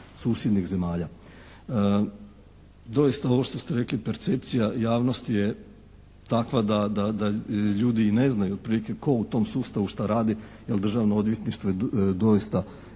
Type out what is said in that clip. susjednih zemalja. Doista ovo što ste rekli percepcija javnosti je takva da ljudi i ne znaju otprilike tko u tom sustavu šta radi, jel' Državno odvjetništvo je doista